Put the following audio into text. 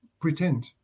pretend